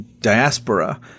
diaspora